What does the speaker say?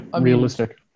realistic